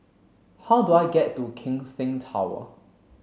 how do I get to Keck Seng Tower